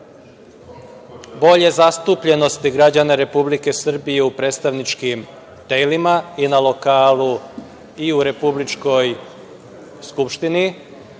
bolje zastupljenosti građana Republike Srbije u predstavničkim telima i na lokalu i u republičkoj